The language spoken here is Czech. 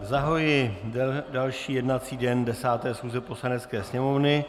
Zahajuji další jednací den 10. schůze Poslanecké sněmovny.